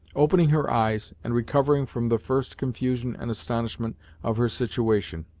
opening her eyes, and recovering from the first confusion and astonishment of her situation,